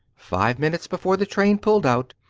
five minutes before the train pulled out,